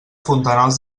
fontanals